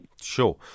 Sure